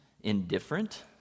indifferent